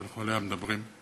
שעליה אנחנו מדברים,